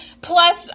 plus